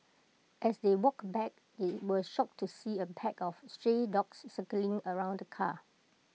as they walked back they were shocked to see A pack of stray dogs circling around the car